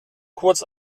kurz